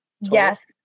Yes